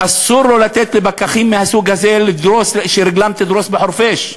אסור לו לתת לפקחים מהסוג הזה שרגלם תדרוך בחורפיש.